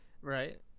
Right